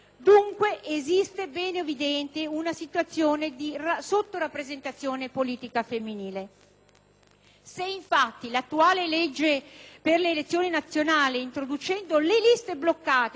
Se, infatti, l'attuale legge per le elezioni nazionali introducendo le liste bloccate ha di fatto permesso di aumentare decisamente la rappresentanza femminile all'interno del Parlamento italiano,